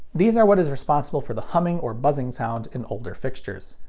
these are what is responsible for the humming or buzzing sound in older fixtures.